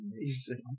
amazing